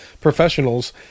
professionals